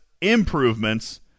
improvements